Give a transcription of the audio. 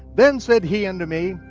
then said he unto me,